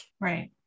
right